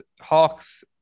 Hawks